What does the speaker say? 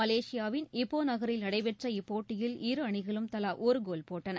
மலேசியாவின் இப்போ நகரில் நடைபெற்ற இப்போட்டியில் இருஅணிகளும் தலா ஒரு கோல் போட்டன